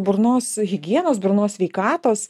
burnos higienos burnos sveikatos